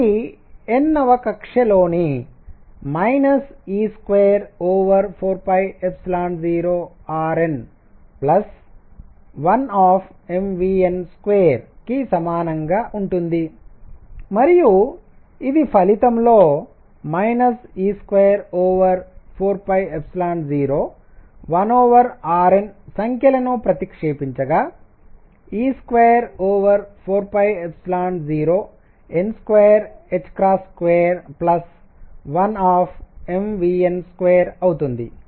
ఇది n వ కక్ష్యలోని e240rn 12mvn 2కైనెటిక్ ఎనర్జీకి సమానంగా ఉంటుంది మరియు ఇది ఫలితంలో e240 1rn సంఖ్యలను ప్రతిక్షేపించగా e240n2212mvn2అవుతుంది